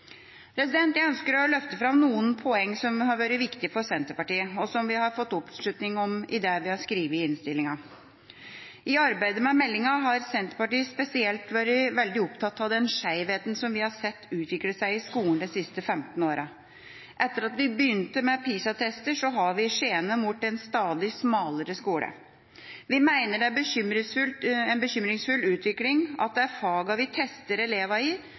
Jeg ønsker å løfte fram noen poenger som har vært viktige for Senterpartiet, og som vi har fått oppslutning om i det vi har skrevet i innstillinga. I arbeidet med meldinga har Senterpartiet spesielt vært veldig opptatt av den skjevheten vi har sett utvikle seg i skolen de siste 15 årene. Etter at vi begynte med PISA-tester, har vi skjenet mot en stadig smalere skole. Vi mener det er en bekymringsfull utvikling at det er fagene vi tester elevene i,